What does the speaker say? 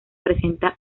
presenta